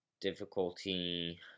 Difficulty